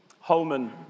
Holman